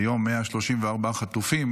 שהיום יש 134 חטופים.